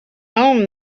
home